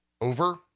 over